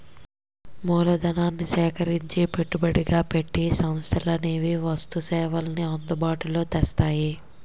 మూలధనాన్ని సేకరించి పెట్టుబడిగా పెట్టి సంస్థలనేవి వస్తు సేవల్ని అందుబాటులో తెస్తాయి